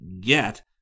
get